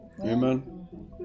Amen